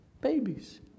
babies